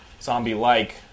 zombie-like